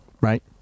Right